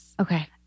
Okay